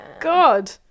God